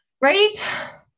Right